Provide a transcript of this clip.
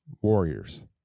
Warriors